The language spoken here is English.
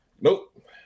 Nope